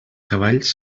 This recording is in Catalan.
cavalls